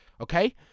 okay